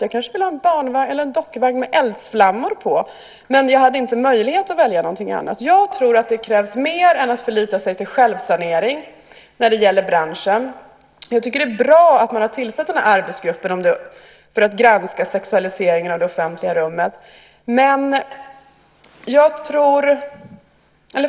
Jag kanske ville ha en dockvagn med eldsflammor på, men jag hade inte möjlighet att välja någonting annat. Jag tror att det krävs mer än att förlita sig på självsanering när det gäller branschen. Jag tycker att det är bra att man har tillsatt arbetsgruppen för att granska sexualiseringen av det offentliga rummet.